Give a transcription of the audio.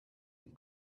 and